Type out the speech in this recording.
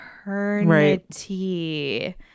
eternity